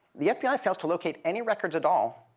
the fbi fails to locate any records at all